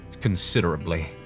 considerably